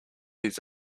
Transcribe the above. his